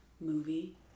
movie